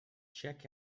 check